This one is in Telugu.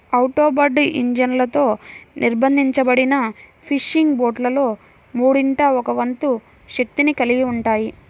ఔట్బోర్డ్ ఇంజన్లతో నిర్బంధించబడిన ఫిషింగ్ బోట్లలో మూడింట ఒక వంతు శక్తిని కలిగి ఉంటాయి